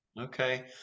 Okay